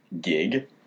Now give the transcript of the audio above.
gig